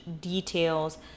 details